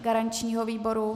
Garančního výboru?